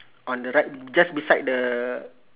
on the right just beside the